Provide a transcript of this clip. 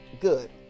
good